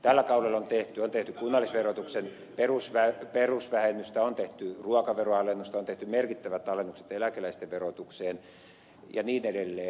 tällä kaudella on tehty kunnallisverotuksen perusvähennystä on tehty ruokaveron alennusta on tehty merkittävät alennukset eläkeläisten verotukseen ja niin edelleen